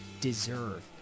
deserve